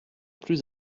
plus